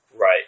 Right